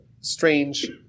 strange